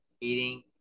eating